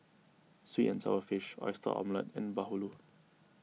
Sweet and Sour Fish Oyster Omelette and Bahulu